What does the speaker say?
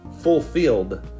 fulfilled